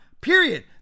Period